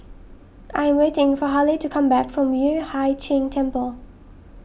I am waiting for Halle to come back from Yueh Hai Ching Temple